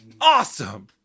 Awesome